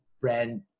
brand